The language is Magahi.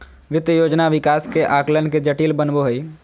वित्त योजना विकास के आकलन के जटिल बनबो हइ